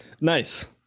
Nice